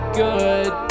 good